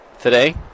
today